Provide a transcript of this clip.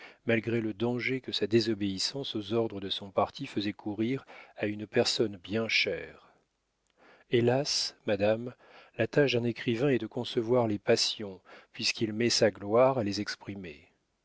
malgré le danger que sa désobéissance aux ordres de son parti faisait courir à une personne bien chère hélas madame la tâche d'un écrivain est de concevoir les passions puisqu'il met sa gloire à les exprimer